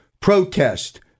Protest